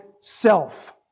self